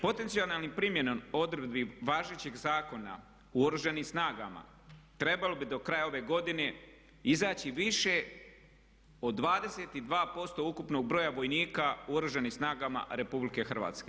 Potencijalnom primjenom odredbi važećeg zakona u Oružanim snagama trebalo bi do kraja ove godine izaći više od 22% ukupnog broja vojnika u Oružanim snagama RH.